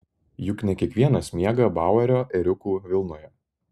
juk ne kiekvienas miega bauerio ėriukų vilnoje